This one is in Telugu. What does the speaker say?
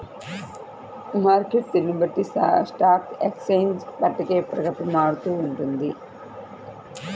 మార్కెట్టు తీరును బట్టి స్టాక్ ఎక్స్చేంజ్ పట్టిక ఎప్పటికప్పుడు మారుతూ ఉంటుంది